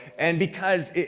and because,